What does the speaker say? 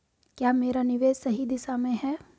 क्या मेरा निवेश सही दिशा में है?